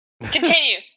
Continue